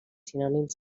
sinònims